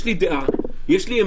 יש לי דעה, יש לי עמדה.